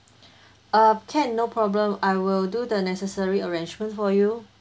uh can no problem I will do the necessary arrangements for you